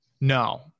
No